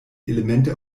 elemente